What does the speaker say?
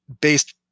based